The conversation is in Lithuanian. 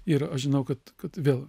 ir aš žinau kad kad vėl